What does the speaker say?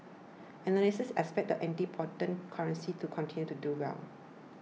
analysts expect the antipodean currencies to continue to do well